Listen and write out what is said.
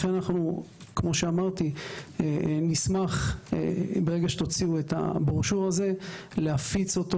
לכן כאמור נשמח ברגע שתוציאו את הברושור הזה להפיץ אותו.